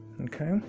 okay